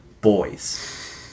Boys